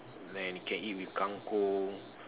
and you can eat with kangkong